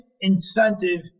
incentive